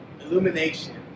Illumination